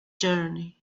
journey